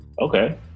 Okay